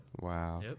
Wow